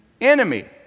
enemy